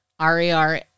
RER